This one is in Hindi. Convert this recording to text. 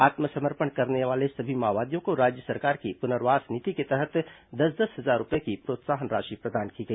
आत्मसमर्पण करने वाले सभी माओवादियों को राज्य सरकार की पुनर्वास नीति के तहत दस दस हजार रूपये की प्रोत्साहन राशि प्रदान की गई